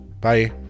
Bye